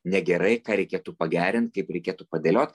negerai ką reikėtų pagerint kaip reikėtų padėliot